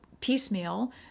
piecemeal